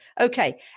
Okay